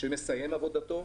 כשמסיים את עבודתו,